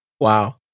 Wow